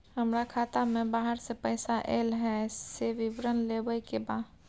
हमरा खाता में बाहर से पैसा ऐल है, से विवरण लेबे के बा?